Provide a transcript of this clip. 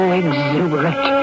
exuberant